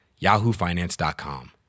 yahoofinance.com